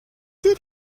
did